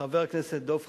חבר הכנסת דב חנין.